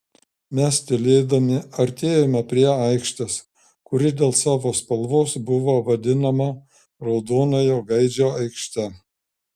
mes tylėdami artėjome prie aikštės kuri dėl savo spalvos buvo vadinama raudonojo gaidžio aikšte